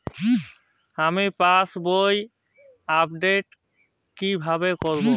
আমি পাসবই আপডেট কিভাবে করাব?